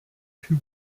two